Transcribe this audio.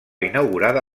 inaugurada